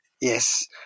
Yes